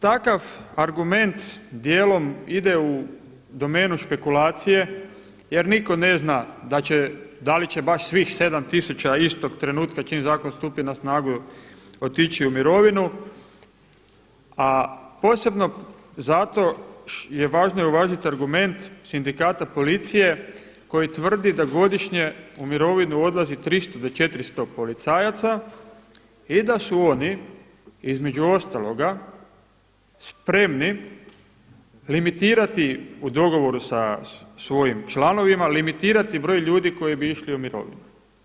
Takav argument dijelom ide u domenu špekulacije jer nitko ne zna da li će baš svih 7 tisuća istog trenutka čim zakon stupi na snagu otići u mirovinu a posebno zato je važno i uvažiti argument sindikata policije koji tvrdi da godišnje u mirovinu odlazi 300 do 400 policajaca i da su oni između ostaloga spremni limitirati u dogovoru sa svojim članovima, limitirati broj ljudi koji bi išli u mirovinu.